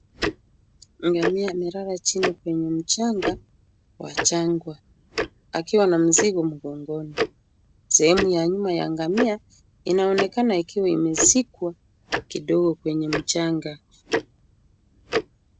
Ngamia amelala chini kwenye mchanga wa jangwa akiwa na mzigo mgongoni. Sehemu ya nyuma ya ngamia inaonekana ikiwa imezikwa kidogo kwenye mchanga.